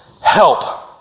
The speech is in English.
help